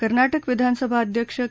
कर्नाटक विधानसभा अध्यक्ष के